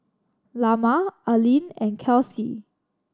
Lamar Aleen and Kelcie